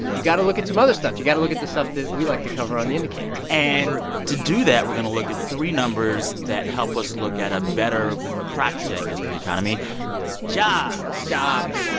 you've got to look at some other stuff. you've got to look at the stuff that we like to cover on the indicator and to do that, we're going to look at three numbers that help us look at a better proxy, i guess, for the economy jobs jobs